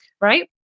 right